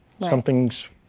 Something's